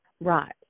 Right